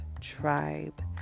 tribe